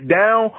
down